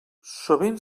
sovint